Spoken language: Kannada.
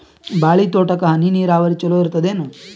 ಬಾಳಿ ತೋಟಕ್ಕ ಹನಿ ನೀರಾವರಿ ಚಲೋ ಇರತದೇನು?